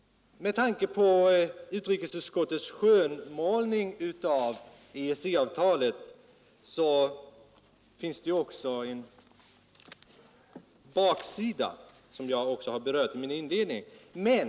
Med tanke på utrikesutskottets skönmålning av EEC-avtalet finns det också en baksida av avtalet, vilken jag också har berört i mitt inledningsanförande.